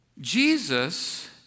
Jesus